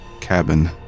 Cabin